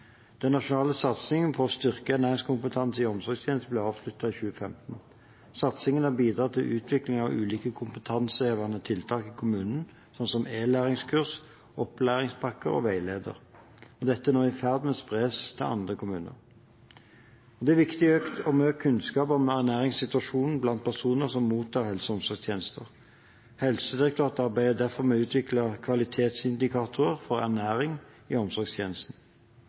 Den nasjonale satsingen på å styrke ernæringskompetansen i omsorgstjenesten ble avsluttet i 2015. Satsingen har bidratt til utvikling av ulike kompetansehevende tiltak i kommunene, som e-læringskurs, opplæringspakker og veiledere. Dette er nå i ferd med å spres til andre kommuner. Det er viktig med økt kunnskap om ernæringssituasjonen blant personer som mottar helse- og omsorgstjenester. Helsedirektoratet arbeider derfor med å utvikle kvalitetsindikatorer for ernæring i omsorgstjenesten.